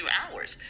hours